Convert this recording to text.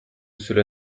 cela